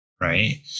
right